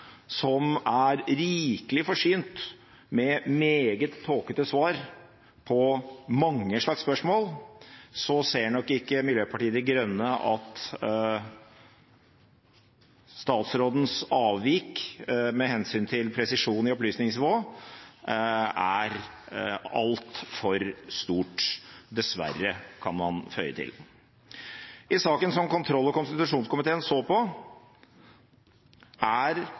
som er rikelig forsynt med meget tåkete svar på mange slags spørsmål, ser nok ikke Miljøpartiet De Grønne at statsrådens avvik med hensyn til presisjon i opplysningsnivå er altfor stort – dessverre, kan man føye til. Videre er det i saken som kontroll- og konstitusjonskomiteen så på,